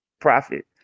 profit